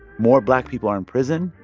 more black people are in prison,